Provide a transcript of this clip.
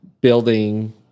building